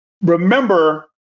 Remember